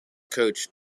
coach